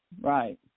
Right